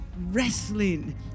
wrestling